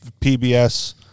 PBS